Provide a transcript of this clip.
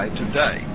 today